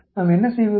நாம் என்ன செய்வது